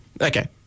Okay